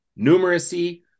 numeracy